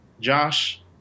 Josh